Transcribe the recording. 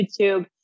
YouTube